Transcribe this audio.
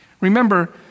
Remember